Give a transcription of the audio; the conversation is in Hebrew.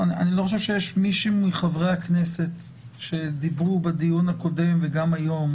אני לא חושב שיש מישהו מחברי הכנסת שדיברו בדיון הקודם וגם היום,